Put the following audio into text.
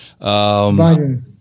Biden